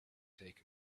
take